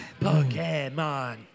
Pokemon